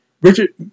richard